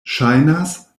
ŝajnas